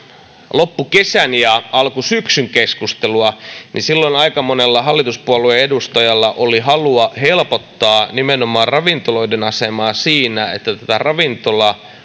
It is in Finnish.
loppukesän ja alkusyksyn keskustelua niin silloin aika monella hallituspuolueen edustajalla oli halua helpottaa nimenomaan ravintoloiden asemaa siinä että tätä ravintola anniskelun